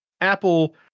Apple